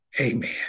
Amen